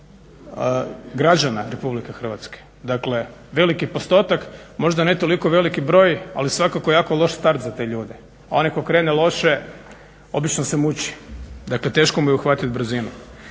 građana Republike Hrvatske. Dakle, veliki postotak. Možda ne toliko veliki broj, ali svakako jako loš start za te ljude, a onaj tko krene loše obično se muči. Dakle, teško mu je uhvatiti brzinu.